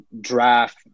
Draft